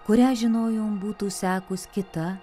kurią žinojom būtų sekus kita